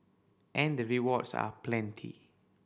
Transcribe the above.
and the rewards are plenty